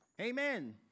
Amen